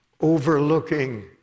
overlooking